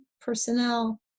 personnel